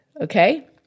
Okay